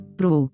pro